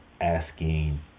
asking